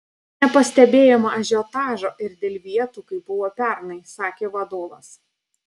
nepastebėjome ažiotažo ir dėl vietų kaip buvo pernai sakė vadovas